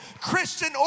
Christian